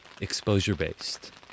exposure-based